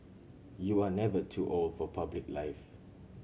you are never too old for public life